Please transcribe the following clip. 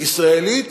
ישראלית